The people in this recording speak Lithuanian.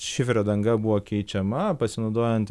šiferio danga buvo keičiama pasinaudojant